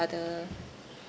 other